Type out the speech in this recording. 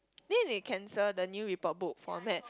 then they cancel the new report book format